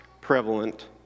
prevalent